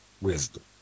wisdom